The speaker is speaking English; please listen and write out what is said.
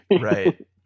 Right